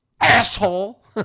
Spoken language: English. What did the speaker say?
Asshole